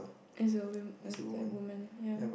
it's a wimp it's like woman ya